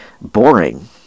boring